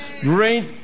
Great